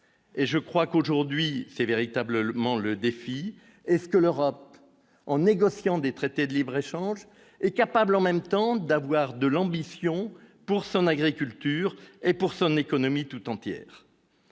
et je crois qu'aujourd'hui, c'est véritablement le défi est-ce que l'Europe en négociant des traités de libre-échange est capable en même temps d'avoir de l'ambition pour son agriculture et pour son économie toute entière,